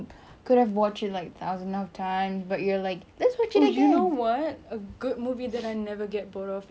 oh you know what a good movie that I never get bored of even like after ten years twelve years